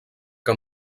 que